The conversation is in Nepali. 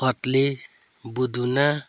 कत्ले बुदुना